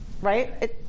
right